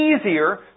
easier